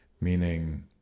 Meaning